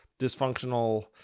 dysfunctional